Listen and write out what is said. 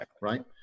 Right